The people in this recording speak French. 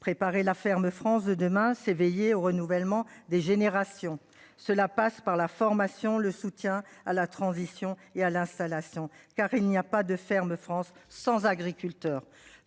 Préparer la ferme France de demain s'éveiller au renouvellement des générations. Cela passe par la formation, le soutien à la transition et à l'installation, car il n'y a pas de ferme France sans agriculteurs